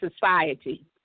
society